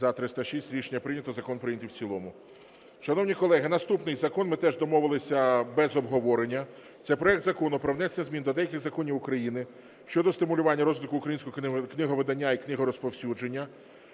За-306 Рішення прийнято. Закон прийнятий в цілому. Шановні колеги, наступний закон, ми теж домовились без обговорення, це проект Закону про внесення змін до деяких законів України щодо стимулювання розвитку українського книговидання і книгорозповсюдження.